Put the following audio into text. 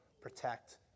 protect